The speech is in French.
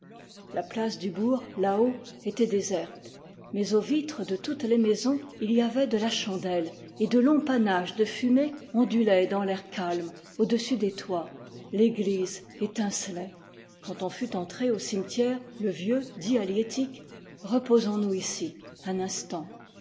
la place du bourg là haut était déserte mais aux vitres de toutes les maisons il y avait de la chandelle et de longs panaches de fumée ondulaient dans l'air calme au-dessus des toits l'église étincelait quand on fut entré au cimetière le vieux dit à liettik reposons-nous ici un instant